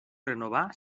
renovar